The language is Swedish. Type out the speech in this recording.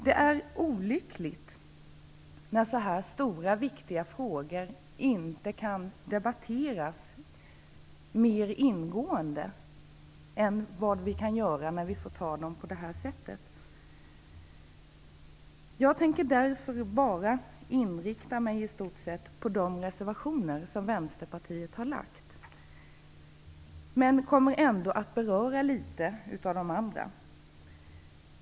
Det är olyckligt när så här stora och viktiga frågor inte kan debatteras mer ingående än vad vi kan göra när de behandlas på det här sättet. Jag tänker därför bara i stort sett inrikta mig på de reservationer som Vänsterpartiet har avgivit. Men jag kommer ändå att beröra några av de andra reservationerna.